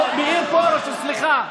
מאיר פרוש, סליחה.